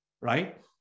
right